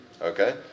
Okay